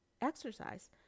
exercise